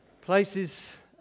places